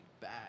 bad